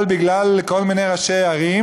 אבל בגלל כל מיני ראשי ערים,